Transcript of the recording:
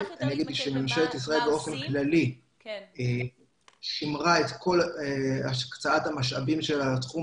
ממשלת ישראל באופן כללי שימרה את כל הקצאת המשאבים שלה לתחום